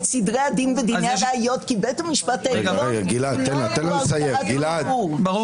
סדרי הדין ודיני הראיות כי בית המשפט העליון הוא ערכאת ערעור.